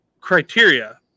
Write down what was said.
criteria